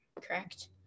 correct